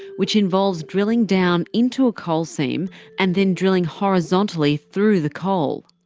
which involves drilling down into a coal seam and then drilling horizontally through the coal.